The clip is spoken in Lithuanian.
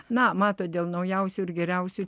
na matot dėl naujausių ir geriausių